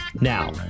Now